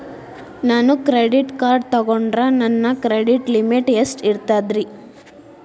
ನಾನು credit card ತೊಗೊಂಡ್ರ ನನ್ನ ಕ್ರೆಡಿಟ್ ಲಿಮಿಟ್ ಎಷ್ಟ ಇರ್ತದ್ರಿ?